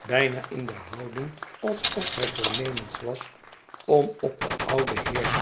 bijna in de houding alsof hij voornemens was om op den ouden heer